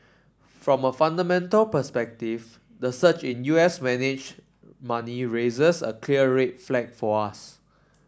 from a fundamental perspective the surge in U S managed money raises a clear red flag for us